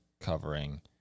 covering